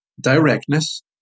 directness